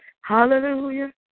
Hallelujah